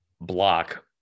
block